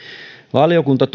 valiokunta